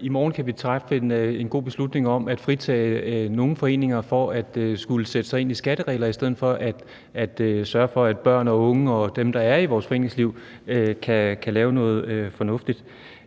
I morgen kan vi træffe en god beslutning om at fritage nogle foreninger for at skulle sætte sig ind i skatteregler i stedet for at sørge for, at børn og unge og dem, der er i vores foreningsliv, kan lave noget fornuftigt.